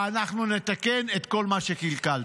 ואנחנו נתקן את כל מה שקלקלתם.